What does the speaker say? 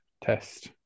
test